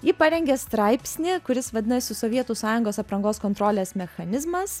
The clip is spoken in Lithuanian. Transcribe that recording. ji parengė straipsnį kuris vadinasi sovietų sąjungos aprangos kontrolės mechanizmas